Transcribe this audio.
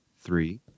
Three